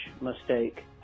mistake